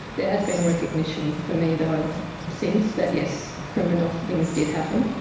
there has been recognition for me though since that, yes, criminal things did happen,